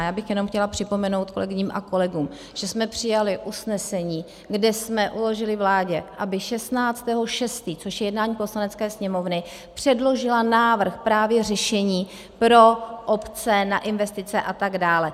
Já bych jenom chtěla připomenout kolegyním a kolegům, že jsme přijali usnesení, kde jsme uložili vládě, aby 16. 6., což je jednání Poslanecké sněmovny, předložila právě návrh řešení pro obce na investice a tak dále.